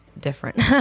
different